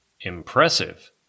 Impressive